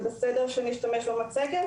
זה בסדר שנשתמש במצגת?